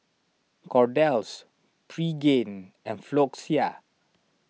Kordel's Pregain and Floxia